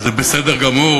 וזה בסדר גמור,